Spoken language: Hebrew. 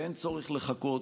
ואין צורך לחכות: